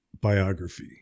biography